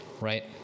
right